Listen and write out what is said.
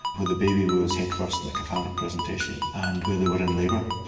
where the baby was head-first in a cephalic presentation, and where they were in labour.